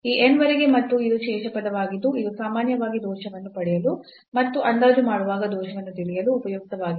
ಈ n ವರೆಗೆ ಮತ್ತು ಇದು ಶೇಷ ಪದವಾಗಿದ್ದು ಇದು ಸಾಮಾನ್ಯವಾಗಿ ದೋಷವನ್ನು ಪಡೆಯಲು ಅಥವಾ ಅಂದಾಜು ಮಾಡುವಾಗ ದೋಷವನ್ನು ತಿಳಿಯಲು ಉಪಯುಕ್ತವಾಗಿದೆ